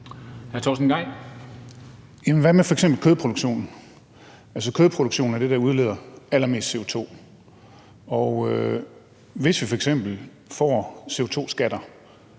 (ALT): Jamen hvad med f.eks. kødproduktionen? Altså, kødproduktion er det, der udleder allermest CO2. Og hvis vi f.eks. får CO2-skatter,